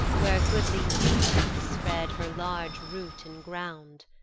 where a goodly yew-tree spread her large root in ground